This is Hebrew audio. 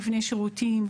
מבני שירותים,